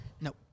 Nope